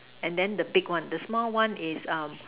and then the big one the small one is err